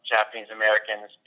Japanese-Americans